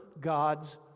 God's